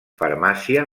farmàcia